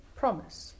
promise